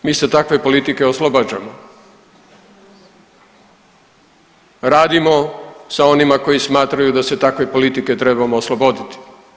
Mi se takve politike oslobađamo, radimo sa onima koji smatraju da se takve politike trebamo osloboditi.